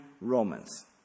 Romans